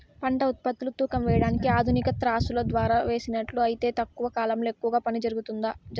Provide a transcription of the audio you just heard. పంట ఉత్పత్తులు తూకం వేయడానికి ఆధునిక త్రాసులో ద్వారా వేసినట్లు అయితే తక్కువ కాలంలో ఎక్కువగా పని జరుగుతుందా?